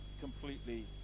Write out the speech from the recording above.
completely